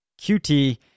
QT